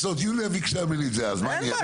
יוליה ביקשה את זה ממני אז, מה אני אעשה?